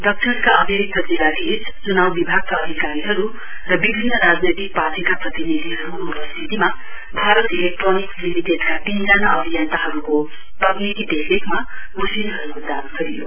दक्षिणका अतिरिक्त जिल्लाधीश च्नाउ विभागका अधिकारीहरू र विभिन्न राजनैतिक पार्टीका प्रतिनिधिहरूको उपस्थितिमा भारत इलेक्ट्रोनिक्स लिमिटेडका तीनजना अभियन्ताहरूको तकनिकी देखरेखमा मशिनहरूको जाँच गरियो